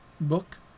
book